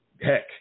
heck